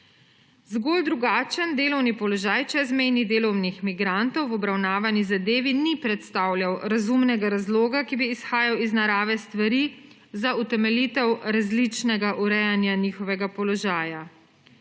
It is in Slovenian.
Zgolj drugačen delovni položaj čezmejnih delovnih migrantov v obravnavani zadevi ni predstavljal razumnega razloga, ki bi izhajal iz narave stvari, za utemeljitev različnega urejanja njihovega položaja.